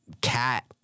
cat